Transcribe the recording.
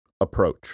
approach